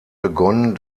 begonnen